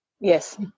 Yes